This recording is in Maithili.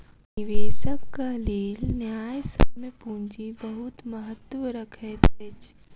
निवेशकक लेल न्यायसम्य पूंजी बहुत महत्त्व रखैत अछि